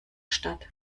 stadt